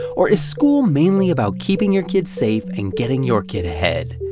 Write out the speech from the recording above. or is school mainly about keeping your kid safe and getting your kid ahead?